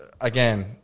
Again